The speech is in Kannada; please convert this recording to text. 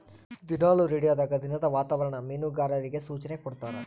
ದಿನಾಲು ರೇಡಿಯೋದಾಗ ದಿನದ ವಾತಾವರಣ ಮೀನುಗಾರರಿಗೆ ಸೂಚನೆ ಕೊಡ್ತಾರ